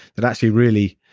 that actually really,